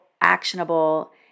actionable